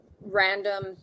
random